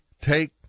take